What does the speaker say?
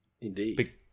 Indeed